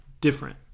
different